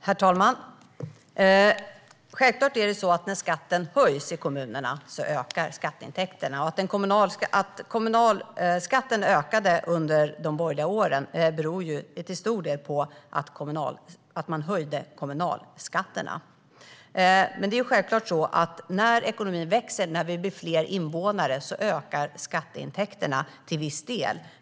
Herr talman! Självklart ökar skatteintäkterna när skatten höjs i kommunerna. Att kommunalskatten ökade under de borgerliga åren berodde till stor del på att man höjde kommunalskatterna. Det är självklart så att när ekonomin växer - när vi blir fler invånare - ökar skatteintäkterna till viss del.